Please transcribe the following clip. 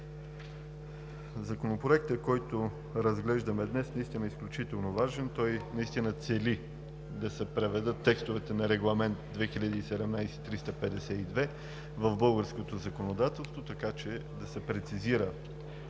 Законопроектът, който разглеждаме днес, е изключително важен. Той цели да се преведат текстовете на Регламент 2017/352 в българското законодателство, така че да се прецизира